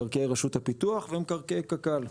מקרקעי רשות הפיתוח ומקרקעי קק"ל.